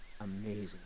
amazing